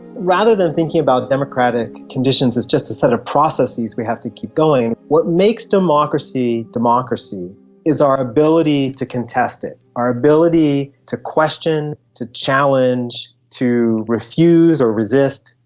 rather than thinking about democratic conditions as just a set of processes we have to keep going, what makes democracy democracy is our ability to contest it, our ability to question, to challenge, to refuse or resist.